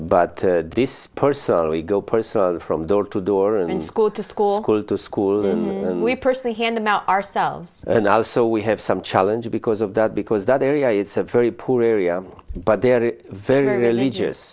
but this person we go pers from door to door and school to school to school and we personally hand them out ourselves and now so we have some challenge because of that because that area it's a very poor area but they are very religious